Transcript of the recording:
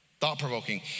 thought-provoking